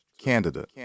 candidate